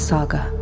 Saga